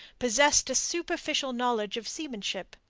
possessed a superficial knowledge of seamanship.